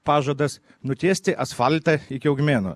pažadas nutiesti asfaltą iki augmėnų